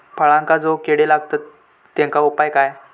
फळांका जो किडे लागतत तेनका उपाय काय?